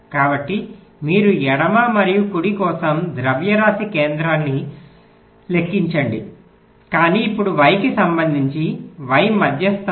కాబట్టి మీరు ఎడమ మరియు కుడి కోసం ద్రవ్యరాశి కేంద్రాన్ని లెక్కించండి కానీ ఇప్పుడు y కి సంబంధించి y మధ్యస్థంతో